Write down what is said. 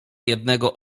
jednego